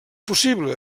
possible